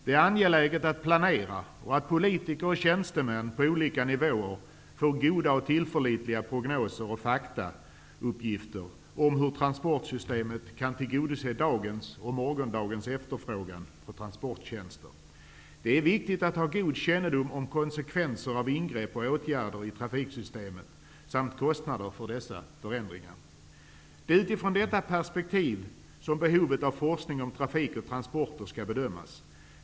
Det är angeläget att planera och att politiker och tjänstemän på olika nivåer får tillförlitliga och goda prognoser och faktauppgifter om hur transportsystemet kan tillgodose dagens och morgondagens efterfrågan på transporttjänster. Det är viktigt att ha god kännedom om konsekvenser av ingrepp och åtgärder i trafiksystemet samt kostnader för dessa förändringar. Det är utifrån detta perspektiv som behovet av forskning om trafik och transporter skall bedömas.